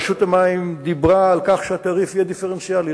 רשות המים דיברה על כך שהתעריף יהיה דיפרנציאלי,